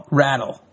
rattle